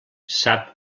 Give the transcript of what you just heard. sap